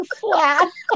flat